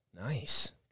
Nice